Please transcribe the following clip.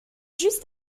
juste